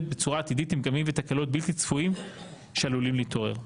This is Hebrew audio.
בצורה טבעית עם פגמים ותקלות בלתי צפויים שעלולים להתעורר.